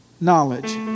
knowledge